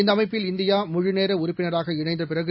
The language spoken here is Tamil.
இந்த அமைப்பில் இந்தியா முழுநேர உறுப்பினராக இணைந்த பிறகு